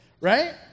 Right